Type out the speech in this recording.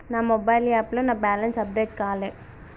నా మొబైల్ యాప్లో నా బ్యాలెన్స్ అప్డేట్ కాలే